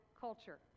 culture